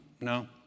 no